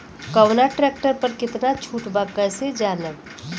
कवना ट्रेक्टर पर कितना छूट बा कैसे जानब?